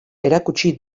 erakutsi